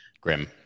Grim